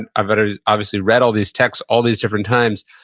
and i've but obviously read all these texts all these different times,